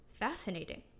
fascinating